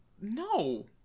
No